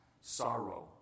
sorrow